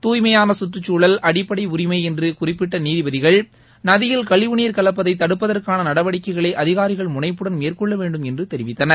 தூய்மையான கற்றுச்சூழல் அடிப்படை உரிமை என்று குறிப்பிட்ட நீதிபதிகள் நதியில் கழிவுநீர் கலப்பதை தடுப்பதற்கான நடவடிக்கைகளை அதிகாரிகள் முனைப்புடன் மேற்கொள்ள வேண்டும் என்று தெரிவித்தனர்